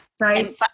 Right